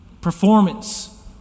performance